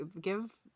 give